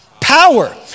Power